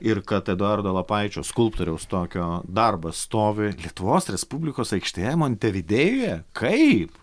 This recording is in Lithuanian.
ir kad eduardo lapaičio skulptoriaus tokio darbas stovi lietuvos respublikos aikštėje montevidėjuje kaip